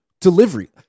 delivery